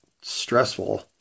stressful